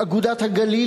"אגודת הגליל",